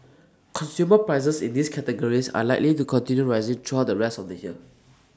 consumer prices in these categories are likely to continue rising throughout the rest of the here